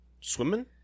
Swimming